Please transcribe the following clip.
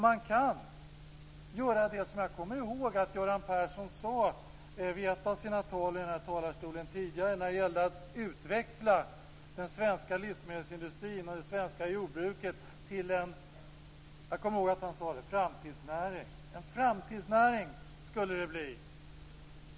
Man kan göra det som Göran Persson sade i ett av sina tal i den här talarstolen när det gällde att utveckla den svenska livsmedelsindustrin och det svenska jordbruket till en framtidsnäring. Jag kommer ihåg att han sade att det skulle bli en framtidsnäring.